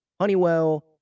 Honeywell